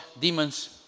demons